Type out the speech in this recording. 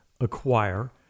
acquire